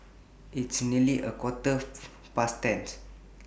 its nearly A Quarter Past ten